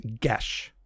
Gesh